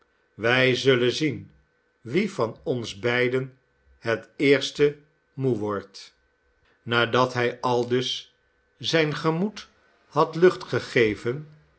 wij zullen zien wie van ons beiden het eerst moe wordt nadat hij aldus zijn gemoed had lucht gegeven